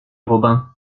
robin